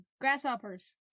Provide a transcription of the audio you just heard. Grasshoppers